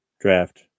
draft